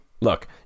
Look